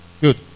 good